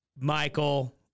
Michael